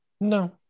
No